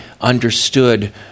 understood